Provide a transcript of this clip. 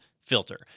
filter